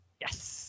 Yes